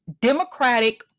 democratic